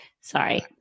Sorry